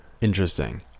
Interesting